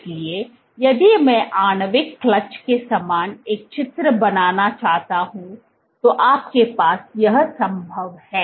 इसलिए यदि मैं आणविक क्लच के समान एक चित्र बनाना चाहता हूं तो आपके पास यह संभव है